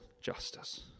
justice